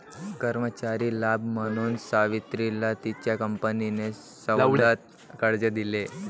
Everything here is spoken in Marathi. कर्मचारी लाभ म्हणून सावित्रीला तिच्या कंपनीने सवलत कर्ज दिले